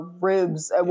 ribs